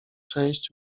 część